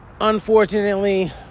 Unfortunately